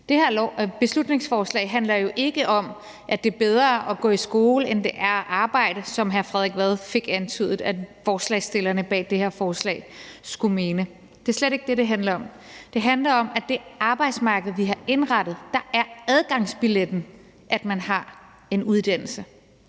Det her beslutningsforslag handler jo ikke om, at det er bedre at gå i skole, end det er at arbejde, som hr. Frederik Vad fik antydet at forslagsstillerne bag det her forslag skulle mene. Det er slet ikke det, det handler om. Det handler om, at på det arbejdsmarked, vi har indrettet, er adgangsbilletten, at man har en uddannelse.